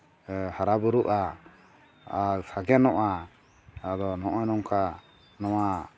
ᱦᱟᱨᱟᱼᱵᱩᱨᱩᱜᱼᱟ ᱟᱨ ᱥᱟᱜᱮᱱᱚᱜᱼᱟ ᱟᱫᱚ ᱱᱚᱜᱼᱚ ᱱᱚᱝᱠᱟ ᱱᱚᱣᱟ